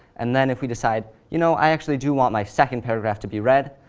and then if we decide, you know, i actually do want my second paragraph to be red,